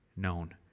known